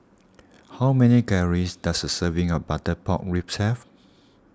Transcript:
how many calories does a serving of Butter Pork Ribs have